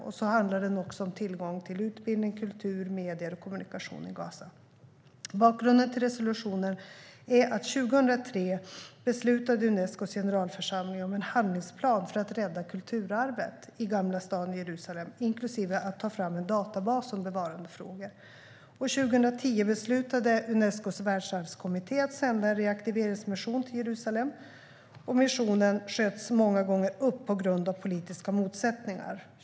Den handlar också om tillgång till utbildning, kultur, medier och kommunikation i Gaza. Bakgrunden till resolutionen är att Unescos generalförsamling år 2003 beslutade om en handlingsplan för att rädda kulturarvet i gamla staden i Jerusalem inklusive att ta fram en databas om bevarandefrågor. År 2010 beslutade Unescos världsarvskommitté att sända en reaktiveringsmission till Jerusalem. Missionen sköts många gånger upp på grund av politiska motsättningar.